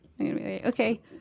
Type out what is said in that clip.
Okay